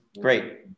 Great